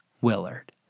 Willard